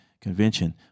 Convention